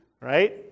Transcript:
right